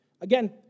Again